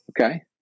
Okay